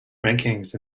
rankings